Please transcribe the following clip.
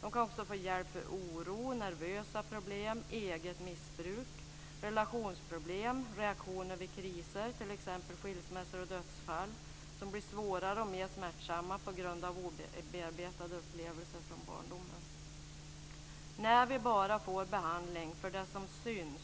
De kan också få hjälp mot oro, nervösa problem, eget missbruk, relationsproblem, reaktioner vid kriser - t.ex. skilsmässor och dödsfall som blir svårare och mer smärtsamma på grund av obearbetade upplevelser från barndomen. När vi får behandling bara för det som syns